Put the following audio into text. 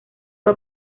fue